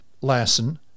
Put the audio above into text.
Lassen